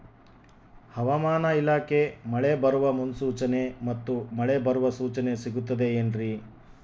ಹವಮಾನ ಇಲಾಖೆ ಮಳೆ ಬರುವ ಮುನ್ಸೂಚನೆ ಮತ್ತು ಮಳೆ ಬರುವ ಸೂಚನೆ ಸಿಗುತ್ತದೆ ಏನ್ರಿ?